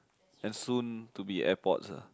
and soon to be air pods ah